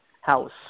house